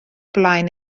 blaen